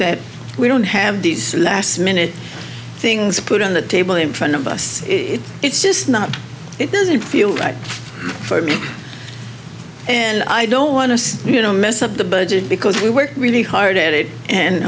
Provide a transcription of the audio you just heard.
that we don't have these last minute thing put on the table in front of us it's just not it doesn't feel right for me and i don't want to you know mess up the budget because we work really hard at it and